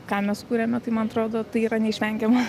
ką mes kuriame tai man atrodo tai yra neišvengiama